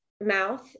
mouth